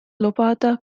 lubada